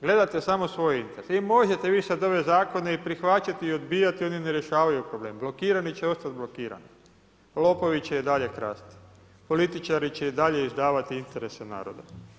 Gledate samo svoje interese i možete vi sad ove zakone i prihvaćati i odbijati, oni ne rješavaju problem, blokirani će ostat blokirani, lopovi će i dalje krasti, političari će i dalje izdavati interese naroda.